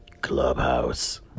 Clubhouse